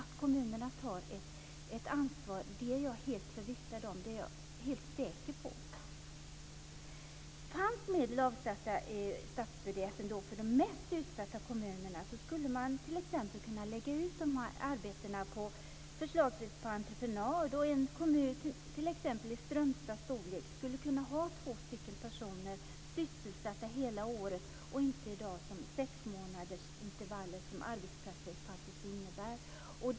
Att kommunerna tar ett ansvar är jag helt förvissad om. Fanns medel avsatta i statsbudgeten för de mest utsatta kommunerna skulle man t.ex. förslagsvis kunna lägga ut arbeten på entreprenad. En kommun av Strömstads storlek skulle t.ex. kunna ha två personer sysselsatta hela året och inte som i dag i sexmånadersintervaller, som arbetspraktik faktiskt innebär.